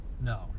no